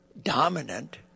dominant